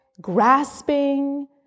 grasping